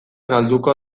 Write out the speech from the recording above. galduko